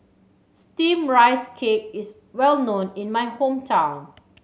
Steamed Rice Cake is well known in my hometown